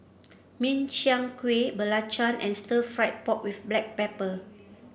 Min Chiang Kueh belacan and Stir Fried Pork with Black Pepper